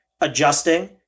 adjusting